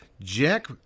Jack